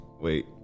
wait